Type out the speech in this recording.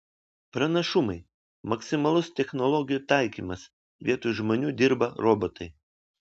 pranašumai maksimalus technologijų taikymas vietoj žmonių dirba robotai